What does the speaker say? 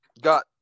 got